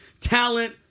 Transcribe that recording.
talent